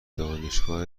دانشگاه